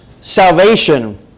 salvation